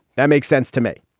that makes sense to me.